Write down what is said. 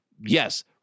yes